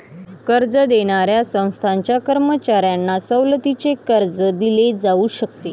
कर्ज देणाऱ्या संस्थांच्या कर्मचाऱ्यांना सवलतीचे कर्ज दिले जाऊ शकते